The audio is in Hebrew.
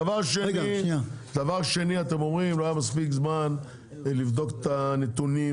דבר שני אתם אומרים לא היה מספיק זמן לבדוק את הנתונים,